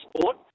sport